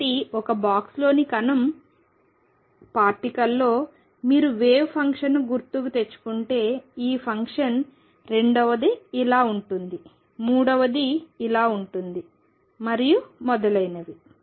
కాబట్టి ఒక బాక్స్లోని కణం పార్టికల్లో మీరు వేవ్ ఫంక్షన్ని గుర్తుకు తెచ్చుకుంటే ఈ ఫంక్షన్ రెండవది ఇలా ఉంటుంది మూడవది ఇలా ఉంటుంది మరియు మొదలైనవి